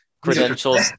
credentials